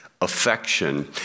affection